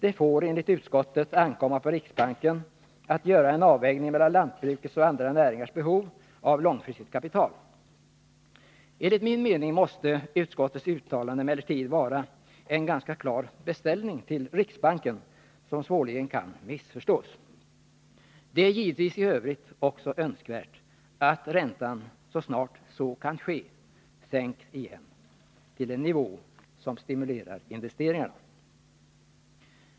Det får, enligt utskottet, ankomma på riksbanken att göra en avvägning mellan lantbrukets och andra näringars behov av långfristigt kapital. Enligt min mening måste utskottets uttalande emellertid innebära en beställning till riksbanken som svårligen kan missförstås. Det är givetvis också i övrigt önskvärt att räntan så snart som detta är möjligt sänks igen till en nivå som kan stimulera till investeringar.